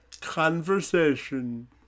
conversation